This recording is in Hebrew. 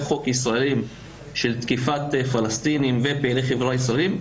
חוק ישראלים של תקיפת פלסטינים ופעילי חברה ישראלים,